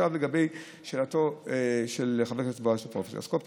לגבי שאלתו של חבר הכנסת בועז טופורובסקי,